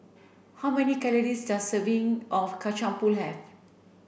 how many calories does a serving of Kacang Pool have